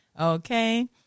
Okay